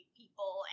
people